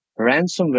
ransomware